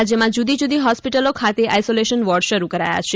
રાજ્યમાં જૂદી જૂદી હોસ્પિટલો ખાતે આઇસોલેશન વોર્ડ શરૂ કરાયા છે